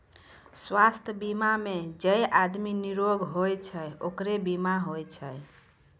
स्वास्थ बीमा मे जे आदमी निरोग होय छै ओकरे बीमा होय छै